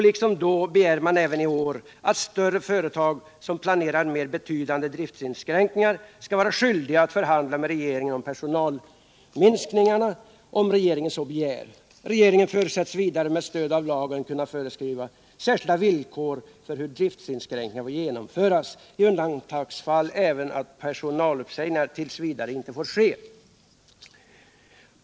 Liksom då begär man även i år att större företag som planerar mer betydande driftinskränkningar skall vara skyldiga att förhandla med regeringen om personalminskningarna, om regeringen så begär. Regeringen förutsätts vidare med stöd av lagen kunna föreskriva särskilda villkor för hur driftinskränkningar får genomföras, i undantagsfall även att personaluppsägningar t. v. inte får ske.